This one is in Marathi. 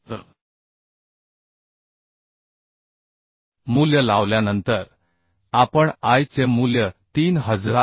तर मूल्य लावल्यानंतर आपण I चे मूल्य 3376